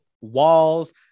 walls